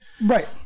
Right